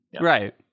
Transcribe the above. Right